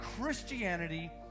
Christianity